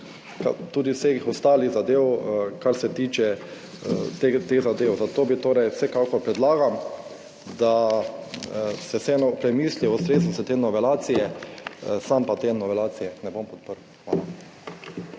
tudi vseh ostalih zadev, kar se tiče teh zadev. Zato torej vsekakor predlagam, da se vseeno premisli o ustreznosti te novelacije, sam pa te novelacije ne bom podprl. Hvala.